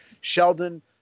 Sheldon